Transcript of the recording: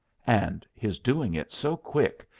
and his doing it so quick,